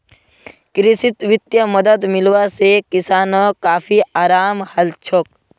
कृषित वित्तीय मदद मिलवा से किसानोंक काफी अराम हलछोक